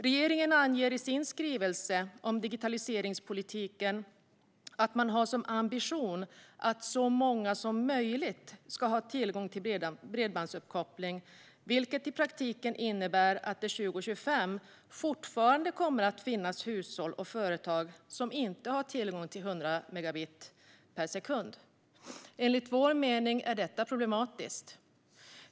Regeringen anger i sin skrivelse om digitaliseringspolitiken att man har som ambition att så många som möjligt ska ha tillgång till bredbandsuppkoppling, vilket i praktiken innebär att det 2025 fortfarande kommer att finnas hushåll och företag som inte har tillgång till 100 megabit per sekund. Enligt vår mening är detta problematiskt.